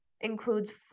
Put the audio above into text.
includes